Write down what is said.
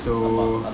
so